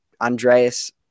andreas